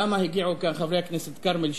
למה הגיעו לכאן חברי הכנסת כרמל שאמה,